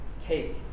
Take